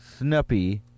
Snuppy